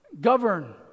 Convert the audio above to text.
govern